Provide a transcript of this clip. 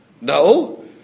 no